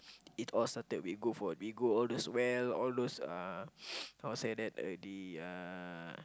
eat all satay we go for we go all those well all those uh how to say that uh the uh